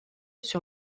sur